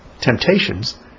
temptations